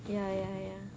ya ya ya